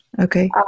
Okay